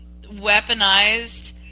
weaponized